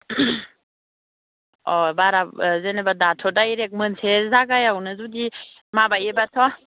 अ बारा जेनोबा दाथ' डाइरेक्ट मोनसे जायगायावनो जुदि माबायोब्लाथ'